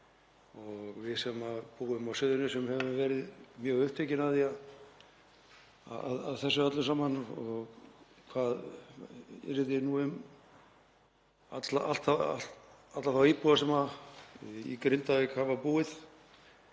Við sem búum á Suðurnesjum höfum verið mjög upptekin af þessu öllu saman og hvað verði nú um alla þá íbúa sem í Grindavík hafa búið.